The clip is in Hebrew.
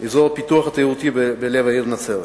אזור הפיתוח התיירותי בלב העיר נצרת,